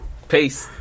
Peace